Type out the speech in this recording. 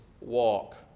walk